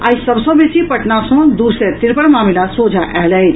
आइ सभ सँ बेसी पटना सँ दू सय तिरपन मामिला सोझा आयल अछि